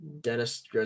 Dennis